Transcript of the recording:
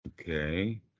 Okay